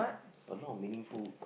a lot of meaningful